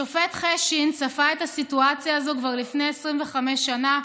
השופט חשין צפה את הסיטואציה הזו כבר לפני 25 שנה,